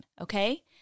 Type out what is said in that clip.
okay